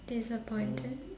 disappointed